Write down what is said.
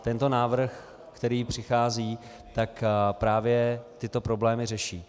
Tento návrh, který přichází, právě tyto problémy řeší.